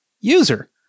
User